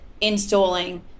installing